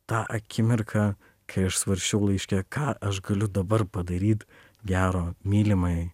tą akimirką kai aš svarsčiau laiške ką aš galiu dabar padaryt gero mylimajai